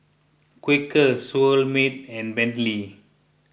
Quaker Seoul Mart and Bentley